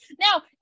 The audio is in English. now